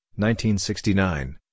1969